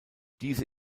diese